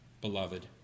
beloved